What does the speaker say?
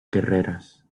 guerreras